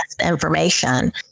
information